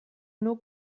nur